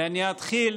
אני אתחיל